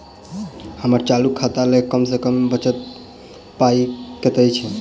हम्मर चालू खाता लेल कम सँ कम बचल पाइ कतेक छै?